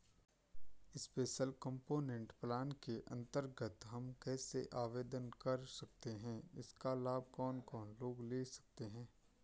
Special component plan के अन्तर्गत हम कैसे आवेदन कर सकते हैं इसका लाभ कौन कौन लोग ले सकते हैं?